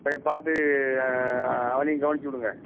சரி பார்த்து அவனையும் கவனித்து விடுங்க